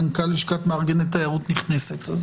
מנכ"ל לשכת מארגני תיירות נכנסת.